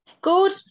good